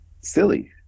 silly